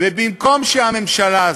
מה המדינה עושה?